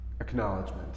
acknowledgement